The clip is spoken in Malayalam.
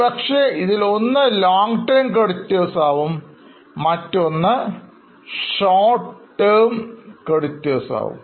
ഒരുപക്ഷേ ഇതിൽ ഒന്ന് long term creditors ആകും മറ്റൊന്ന് short term creditors ആകും